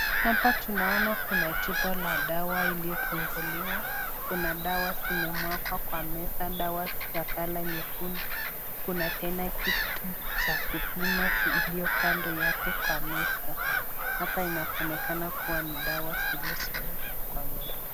Hapa tunaona kuna chupa la dawa iliyofunguliwa, kuna dawa zimemwagwa kwa meza kuna dawa za colour nyekundu kuna tena kitu ya kupima ilyo kando yake kwa meza. Hapa inaonekana kuwa ni dawa zilizowekwa kwa meza.